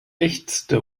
ächzte